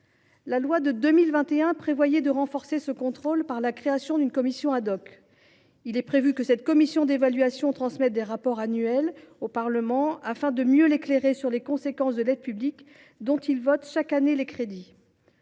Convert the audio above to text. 4 août 2021 prévoyait de renforcer ce contrôle par la création d’une commission. Il est prévu que cette commission d’évaluation transmette des rapports annuels au Parlement afin de mieux éclairer ce dernier sur les conséquences de l’aide publique dont il vote chaque année les crédits.